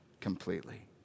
completely